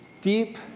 deep